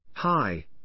Hi